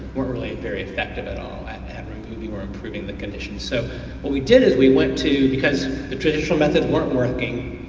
weren't really very effective at all at and removing or improving conditions. so what we did is we went to, because the traditional methods weren't working,